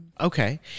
Okay